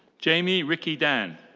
jamie ricki dan.